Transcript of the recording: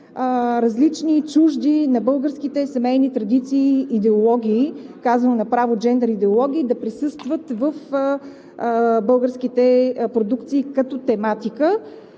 различни и чужди на българските семейни традиции идеологии, казвам направо джендър идеологии, да присъстват в българските продукции като тематика,